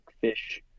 fish